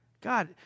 God